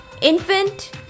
Infant